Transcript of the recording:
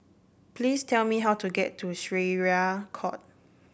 please tell me how to get to Syariah Court